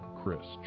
Chris